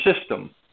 system